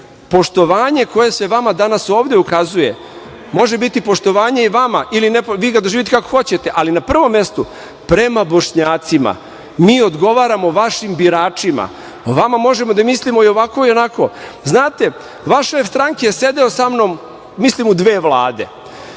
Nemojte. Poštovanje koje se danas ovde vama ukazuje može biti poštovanje i vama, ili vi ga doživite kako hoćete, ali na prvom mestu prema Bošnjacima, mi odgovaramo vašim biračima. O vama možemo da mislimo i ovako i onako. Znate, šef vaše stranke, sedeo je sa mnom, mislim u dve vlade,